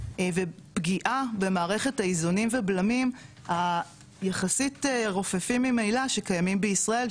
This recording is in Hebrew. ופגיעה במערכת האיזונים והבלמים היחסית רופפים ממילא שקיימים בישראל,